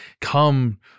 come